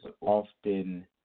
often